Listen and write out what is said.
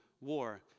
war